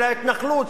של ההתנחלות,